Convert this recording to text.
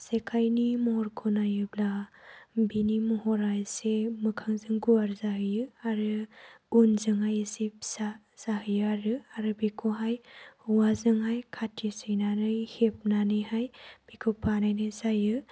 जेखाइनि महरखौ नायोब्ला बिनि महरा एसे मोखांजों गुवार जायो आरो उनजोंहाय एसे फिसा जाहैयो आरो आरो बेखौहाय औवाजोंहाय खाथि सैनानै हेबनानैहाय बेखौ बानायनाय जायो